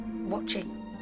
watching